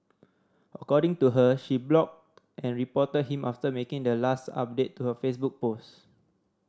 according to her she blocked and reported him after making the last update to her Facebook post